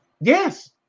Yes